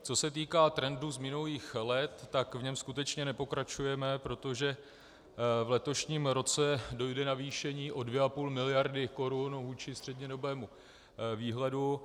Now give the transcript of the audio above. Co se týká trendu z minulých let, tak v něm skutečně nepokračujeme, protože v letošním roce dojde k navýšení o 2,5 mld. korun vůči střednědobému výhledu.